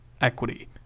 equity